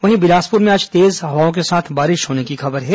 वहीं बिलासपुर में आज तेज हवाओं के साथ बारिश होने की खबर है